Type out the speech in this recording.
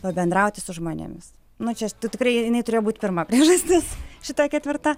pabendrauti su žmonėmis nu čia tu tikrai jinai turėjo būt pirma priežastis šita ketvirta